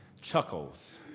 chuckles